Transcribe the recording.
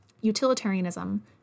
Utilitarianism